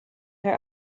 her